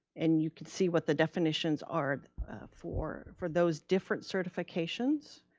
and you can see what the definitions are for for those different certifications.